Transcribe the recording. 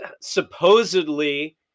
supposedly